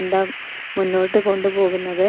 എന്താ മുന്നോട്ട് കൊണ്ട് പോകുന്നത്